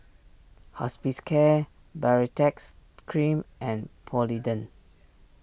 Hospicare Baritex Cream and Polident